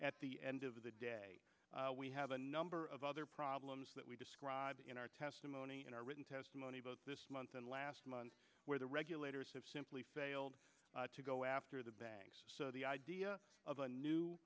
at the end of the day we have a number of other problems that we describe in our testimony in our written testimony both this month and last month where the regulators have simply failed to go after the banks so the idea of a new